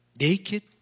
Naked